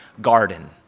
garden